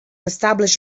establish